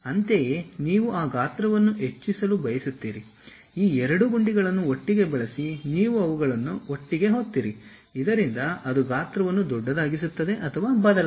ಅಂತೆಯೇ ನೀವು ಆ ಗಾತ್ರವನ್ನು ಹೆಚ್ಚಿಸಲು ಬಯಸುತ್ತೀರಿ ಈ ಎರಡು ಗುಂಡಿಗಳನ್ನು ಒಟ್ಟಿಗೆ ಬಳಸಿ ನೀವು ಅವುಗಳನ್ನು ಒಟ್ಟಿಗೆ ಒತ್ತಿರಿ ಇದರಿಂದ ಅದು ಗಾತ್ರವನ್ನು ದೊಡ್ಡದಾಗಿಸುತ್ತದೆ ಅಥವಾ ಬದಲಾಯಿಸುತ್ತದೆ